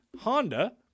Honda